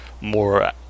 more